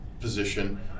position